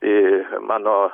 ir mano